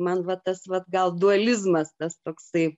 man va tas vat gal dualizmas tas toksai